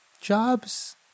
jobs